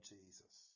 Jesus